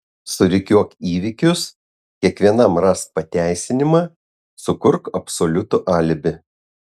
surikiuok įvykius kiekvienam rask pateisinimą sukurk absoliutų alibi